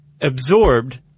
absorbed